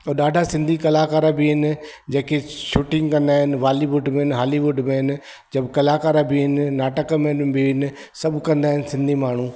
ऐं ॾाढा सिंधी कलाकार बि आहिनि जेकी शूटिंग कंदा आहिनि वॉलीवुड में आहिनि हॉलीवुड में आहिनि जब कलाकार बि आहिनि नाटक में बि आहिनि सभु कंदा आहिनि सिंधी माण्हू